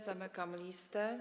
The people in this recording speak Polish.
Zamykam listę.